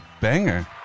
banger